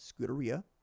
Scuderia